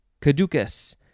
caducus